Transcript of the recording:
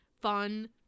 fun